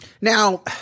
Now